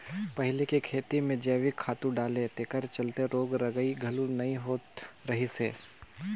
पहिले के खेती में जइविक खातू डाले तेखर चलते रोग रगई घलो जादा नइ होत रहिस हे